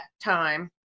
time